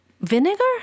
vinegar